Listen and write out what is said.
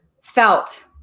felt